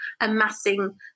amassing